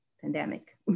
pandemic